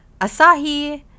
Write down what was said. Asahi